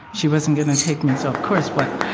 she wasn't going to take me. so, of course, what,